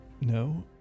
No